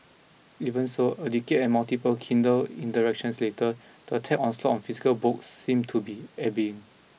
even so a decade and multiple Kindle interactions later the tech onslaught on physical books seem to be ebbing